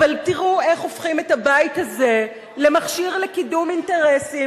אבל תראו איך הופכים את הבית הזה למכשיר לקידום אינטרסים